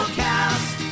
cast